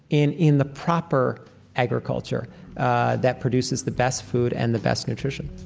in in the proper agriculture that produces the best food and the best nutrition